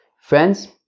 Friends